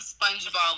SpongeBob